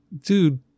dude